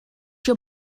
your